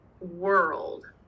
world